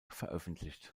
veröffentlicht